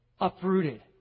uprooted